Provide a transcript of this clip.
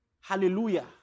Hallelujah